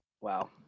Wow